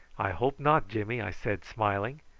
i hope not, jimmy, i said, smiling.